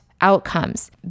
outcomes